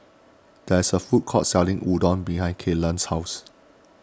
there's a food court selling Udon behind Kylan's house